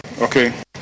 Okay